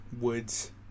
woods